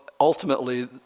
ultimately